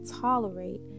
tolerate